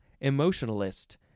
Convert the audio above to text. emotionalist